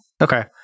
Okay